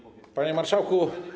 Panie Marszałku!